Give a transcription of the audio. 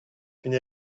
une